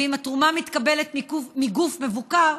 ואם התרומה מתקבלת מגוף מבוקר,